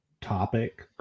topic